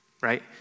Right